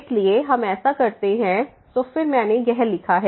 इसलिए हम ऐसा कर सकते हैं तो फिर मैंने यह लिखा है